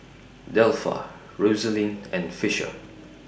Delpha Rosaline and Fisher